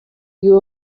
you